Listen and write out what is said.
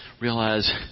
realize